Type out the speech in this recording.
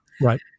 Right